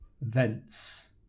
vents